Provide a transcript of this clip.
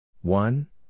One